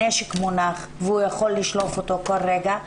מונח הנשק והוא יכול לשלוף אותו כל רגע.